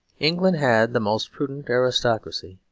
england had the most prudent aristocracy,